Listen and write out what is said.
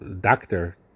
doctor